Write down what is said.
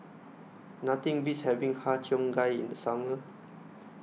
Nothing Beats having Har Cheong Gai in The Summer